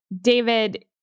David